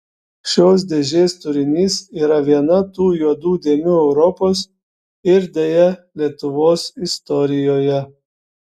šios dėžės turinys yra viena tų juodų dėmių europos ir deja lietuvos istorijoje